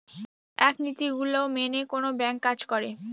এক নীতি গুলো মেনে কোনো ব্যাঙ্ক কাজ করে